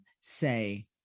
say